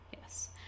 yes